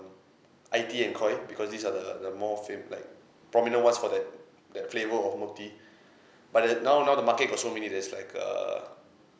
itea and koi because these are the the more fam~ like prominent ones for that that flavour of milk tea but then now now the market got so many there's like err